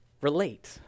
relate